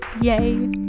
Yay